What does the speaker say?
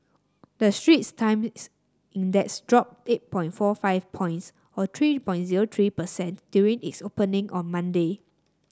the Straits Times Index dropped eight point four five points or three point zero three per cent during its opening on Monday